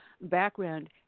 background